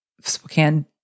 Spokane